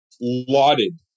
lauded